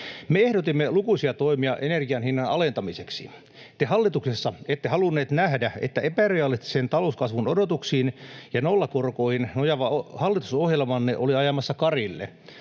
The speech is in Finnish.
ehdotimme lukuisia toimia energianhinnan alentamiseksi. Te hallituksessa ette halunneet nähdä, että epärealistisiin talouskasvun odotuksiin ja nollakorkoihin nojaava hallitusohjelmanne oli ajamassa karille,